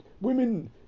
women